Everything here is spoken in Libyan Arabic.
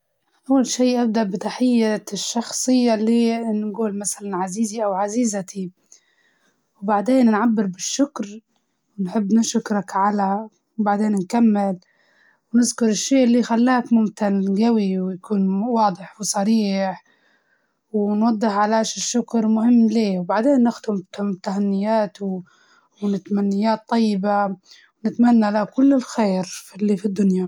أول شي تبدأ نوجه الشكر للشخص مباشرة، مثلا نبي نشكرك من قلبي على، وبعدها نقول ال الشي اللي داراه ليا، أو المساعدة اللي قدمها ليا، نخلي الجملة مليانة أحاسيس، و حب زي مثلا، قدرتك على مساعدتي اليوم خلت يومي أحسن وأجمل، وفي النهاية نكتب ممتنة ليك وشكرًا جزيلا.